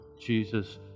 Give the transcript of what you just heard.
Jesus